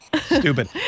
stupid